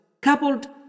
coupled